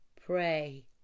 pray